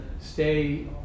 stay